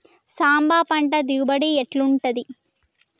సాంబ పంట దిగుబడి ఎట్లుంటది?